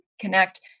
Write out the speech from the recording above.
connect